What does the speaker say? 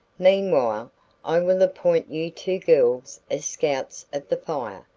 meanwhile i will appoint you two girls as scouts of the fire,